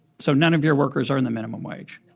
so none of your workers earn the minimum wage.